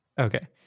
Okay